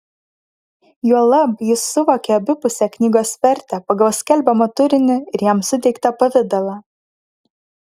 juolab jis suvokė abipusę knygos vertę pagal skelbiamą turinį ir jam suteiktą pavidalą